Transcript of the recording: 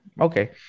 okay